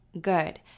Good